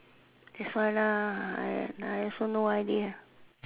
that's why lah I I also have no idea